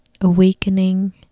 awakening